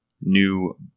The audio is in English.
new